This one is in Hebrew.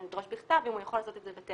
לדרוש בכתב אם הוא יכול לעשות את זה בטלפון.